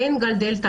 בין גל הדלתא